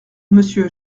monsieur